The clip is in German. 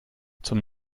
zum